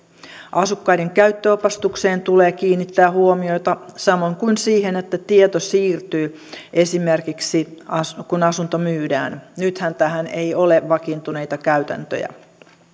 asukkaiden käyttöopastukseen tulee kiinnittää huomiota samoin kuin siihen että tieto siirtyy esimerkiksi kun asunto myydään nythän tähän ei ole vakiintuneita käytäntöjä